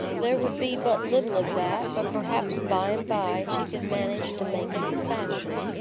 there would be but little of that, but perhaps by and by she could manage to make it the fashion.